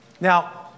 now